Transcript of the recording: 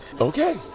Okay